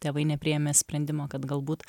tėvai nepriėmė sprendimo kad galbūt